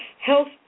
health